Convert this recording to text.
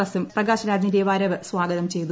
എസും പ്രകാശ് രാജിന്റെ വരവ് സ്വാഗതം ചെയ്തു